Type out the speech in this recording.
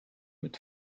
mit